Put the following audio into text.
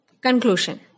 Conclusion